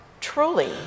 truly